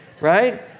right